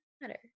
matter